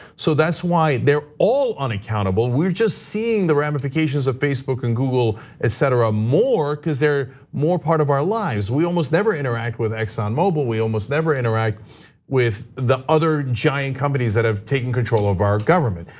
so that's why they're all unaccountable. we're just seeing the ramifications ramifications of facebook and google etc, more because they're more part of our lives. we almost never interact with exxonmobil, we almost never interact with the other giant companies that have taken control of our government.